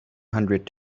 hundred